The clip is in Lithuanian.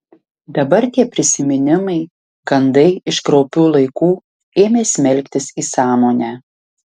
dabar tie prisiminimai gandai iš kraupių laikų ėmė smelktis į sąmonę